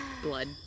blood